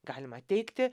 galima teigti